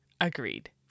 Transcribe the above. agreed